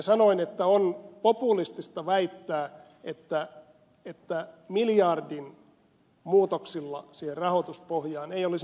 sanoin että on populistista väittää että miljardin muutoksilla siihen rahoituspohjaan ei olisi mitään vaikutusta